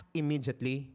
immediately